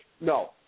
no